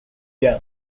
jam